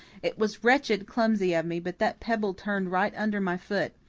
it was wretchedly clumsy of me, but that pebble turned right under my foot.